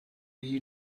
you